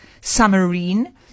submarine